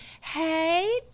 hey